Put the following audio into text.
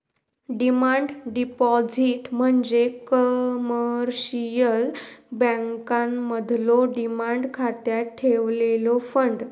demand deposit म्हणजे commercial बँकांमधलो demand खात्यात ठेवलेलो फंड